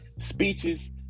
Speeches